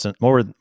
more